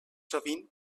sovint